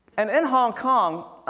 and in hong kong